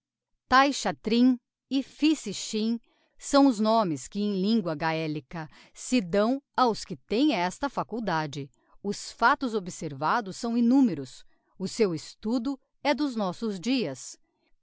vista taishatrim e phissichin são os nomes que em lingua galica se dão aos que tem esta faculdade os factos observados são innumeros o seu estudo é dos nossos dias